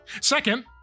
Second